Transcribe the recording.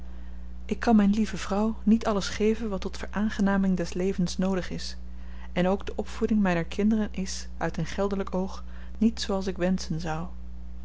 ik kan myn lieve vrouw niet alles geven wat tot veraangenaming des levens noodig is en ook de opvoeding myner kinderen is uit een geldelyk oog niet zooals ik wenschen zou